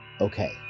Okay